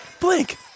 Blink